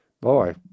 Boy